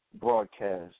broadcast